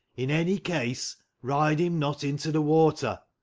in any case, ride him not into the water.